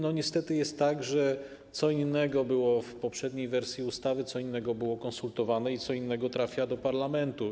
Niestety jest tak, że co innego było w poprzedniej wersji ustawy, co innego było konsultowane, a co innego trafia do parlamentu.